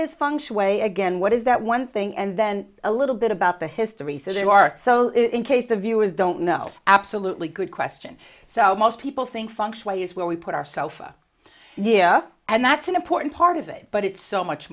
is function way again what is that one thing and then a little bit about the history so there are so in case the viewers don't know absolutely good question so most people think functionally is where we put ourself here and that's an important part of it but it's so much